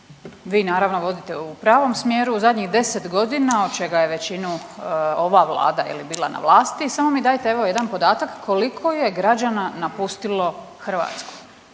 vi naravno vodite u pravom smjeru. U zadnjih 10 godina od čega je većinu ova Vlada je li bila na vlasti samo mi dajte evo jedan podatak koliko je građana napustilo Hrvatsku.